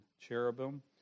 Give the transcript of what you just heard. cherubim